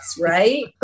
right